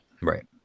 Right